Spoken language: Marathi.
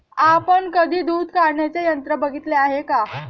आपण कधी दूध काढण्याचे यंत्र बघितले आहे का?